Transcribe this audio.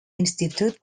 institute